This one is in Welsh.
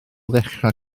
ddechrau